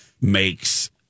makes